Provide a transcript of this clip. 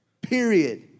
period